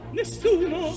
nessuno